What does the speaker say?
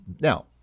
Now